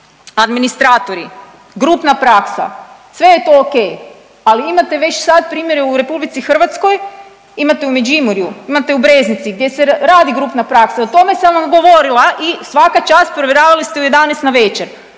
Administratori, grupna praksa, sve je to ok, ali imate već sad primjere u RH, imate u Međimurju, imate u Breznici gdje se radi grupna praksa i o tome sam vam govorila i svaka čast provjeravali ste u 11 navečer,